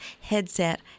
Headset